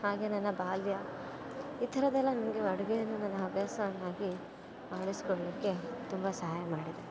ಹಾಗೇ ನನ್ನ ಬಾಲ್ಯ ಈ ಥರದ್ದೆಲ್ಲ ನನಗೆ ಅಡುಗೆಯನ್ನು ನನ್ನ ಹವ್ಯಾಸವನ್ನಾಗಿ ಆರಿಸಿಕೊಳ್ಲಿಕ್ಕೆ ತುಂಬ ಸಹಾಯ ಮಾಡಿದೆ